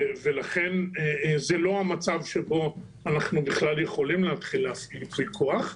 ולכן זה לא המצב שבו אנחנו בכלל יכולים להתחיל להפעיל ייפוי כוח,